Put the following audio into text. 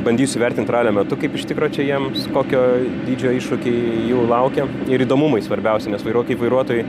bandysiu vertint ralio metu kaip iš tikro čia jiems kokio dydžio iššūkiai jų laukia ir įdomumai svarbiausia nes vairuo kaip vairuotojui